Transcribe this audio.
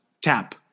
tap